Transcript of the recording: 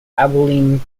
abilene